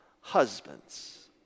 husbands